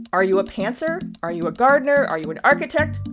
are you a pantser? are you a gardener? are you an architect?